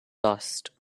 lost